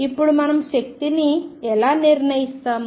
ఇప్పుడు మనం శక్తిని ఎలా నిర్ణయిస్తాము